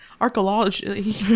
archaeology